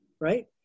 right